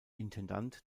intendant